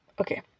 okay